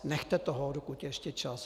Nechte toho, dokud je ještě čas!